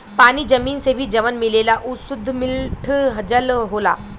पानी जमीन से भी जवन मिलेला उ सुद्ध मिठ जल होला